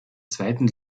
zweiten